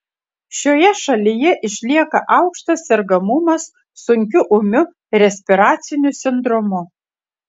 šioje šalyje išlieka aukštas sergamumas sunkiu ūmiu respiraciniu sindromu